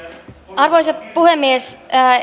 arvoisa puhemies